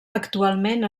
actualment